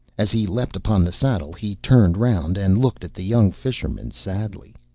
as he leapt upon the saddle he turned round, and looked at the young fisherman sadly.